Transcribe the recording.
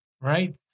right